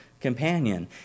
companion